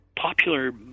popular